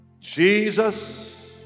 Jesus